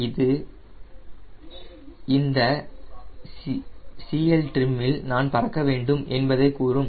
இது இந்த CLtrim இல் நான் பறக்க வேண்டும் என்பதை கூறும்